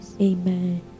Amen